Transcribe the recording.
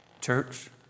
Church